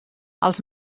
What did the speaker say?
els